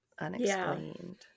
Unexplained